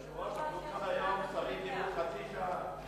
אדוני היושב-ראש, היו כאן שרים שדיברו חצי שעה.